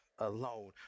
alone